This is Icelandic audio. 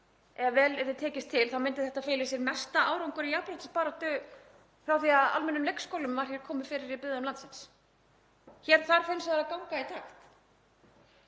en ef vel tekst til þá myndi þetta fela í sér mesta árangur í jafnréttisbaráttu frá því að almennum leikskólum var komið fyrir í byggðum landsins. Hér þarf hins vegar að ganga í takt,